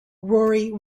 rory